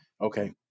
Okay